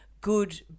good